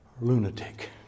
Lunatic